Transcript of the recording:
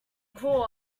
call